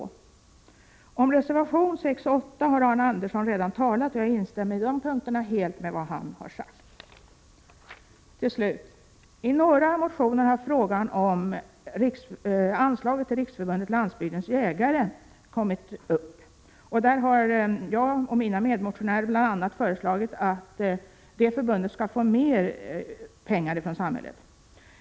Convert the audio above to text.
Om reservationerna 6 och 8 har Arne Andersson i Ljung talat, och jag instämmer på de punkterna helt i vad han har sagt. Till slut: I några motioner har frågan om anslag till Riksförbundet Landsbygdens Jägare kommit upp. Jag och mina medmotionärer har föreslagit att detta förbund skall få mer pengar från samhället.